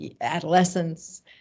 adolescence